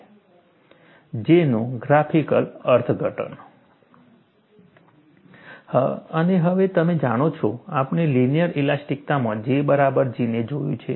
J નું graphical અર્થઘટન અને હવે તમે જાણો છો આપણે લિનિયર ઇલાસ્ટિકતામાં J બરાબર G ને જોયું છે